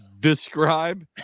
describe